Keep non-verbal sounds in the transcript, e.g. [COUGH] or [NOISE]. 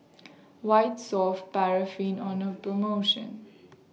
[NOISE] White Soft Paraffin on The promotion